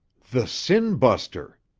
the sin-buster!